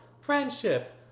friendship